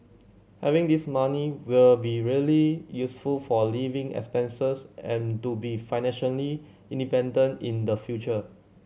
having this money will be really useful for living expenses and to be financially independent in the future